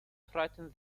frighten